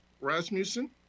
Rasmussen